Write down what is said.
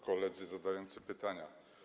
Koledzy zadający pytania!